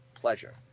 pleasure